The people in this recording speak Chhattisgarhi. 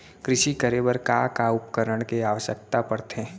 कृषि करे बर का का उपकरण के आवश्यकता परथे?